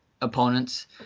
opponents